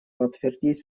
подтвердить